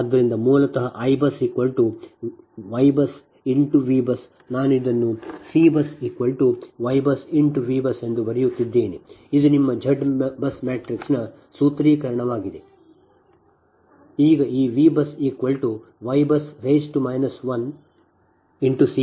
ಆದ್ದರಿಂದ ಮೂಲತಃ I BUS Y BUS V BUS ನಾನು ಇದನ್ನು C BUS Y BUS V BUS ಎಂದು ಬರೆಯುತ್ತಿದ್ದೇನೆ ಇದು ನಿಮ್ಮ Z BUS ಮ್ಯಾಟ್ರಿಕ್ಸ್ನ ಸೂತ್ರೀಕರಣವಾಗಿದೆ ಈಗ ಈ V BUS Y BUS C BUS